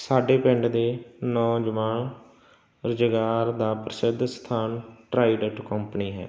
ਸਾਡੇ ਪਿੰਡ ਦੇ ਨੌਜਵਾਨ ਰੁਜ਼ਗਾਰ ਦਾ ਪ੍ਰਸਿੱਧ ਸਥਾਨ ਟਰਾਈਡੇਟ ਕੌਂਪਨੀ ਹੈ